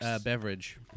beverage